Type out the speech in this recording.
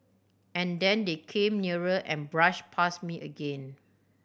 and then they came nearer and brushed past me again